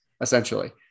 essentially